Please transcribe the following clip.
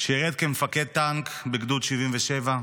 שירת כמפקד טנק בגדוד 77,